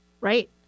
Right